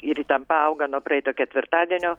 ir įtampa auga nuo praeito ketvirtadienio